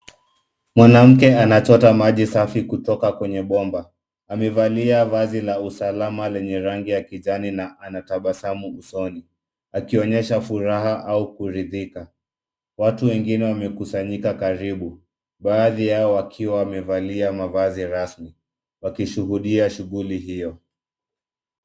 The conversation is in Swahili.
Mwanamke anachota maji safi kutoka kwenye bomba. Amevalia vazi la usalama lenye rangi ya kijani na anatabasamu usoni, akionyesha furaha au kuridhika. Watu wengine wamekusanyika karibu, baadhi yao wakiwa wamevalia mavazi rasmi, wakishuhudia shughuli hio.